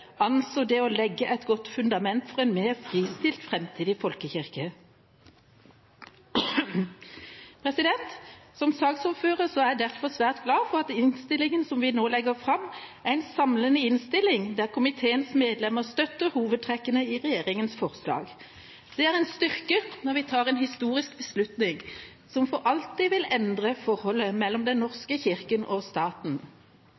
anså det å legge et godt fundament for en mer fristilt framtidig folkekirke. Som saksordfører er jeg derfor svært glad for at innstillingen som vi nå legger fram, er en samlende innstilling, der komiteens medlemmer støtter hovedtrekkene i regjeringas forslag. Det er en styrke når vi tar en historisk beslutning som for alltid vil endre forholdet mellom Den